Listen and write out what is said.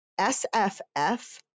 SFF